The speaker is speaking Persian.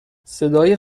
صدای